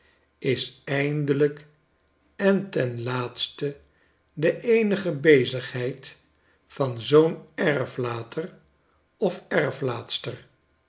is eindelijk en ten laatste de eenige bezigheid van zoo'n